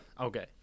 okay